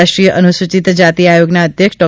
રાષ્ટ્રીય અનુસૂચિત જાતિ આયોગના અધ્યક્ષ ડૉ